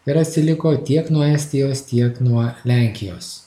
ir atsiliko tiek nuo estijos tiek nuo lenkijos